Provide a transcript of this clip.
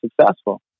successful